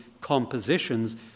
compositions